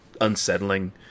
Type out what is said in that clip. unsettling